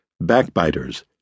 backbiters